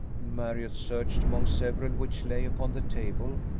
marriott searched among several which lay upon the table,